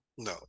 No